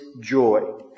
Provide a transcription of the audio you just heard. joy